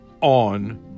on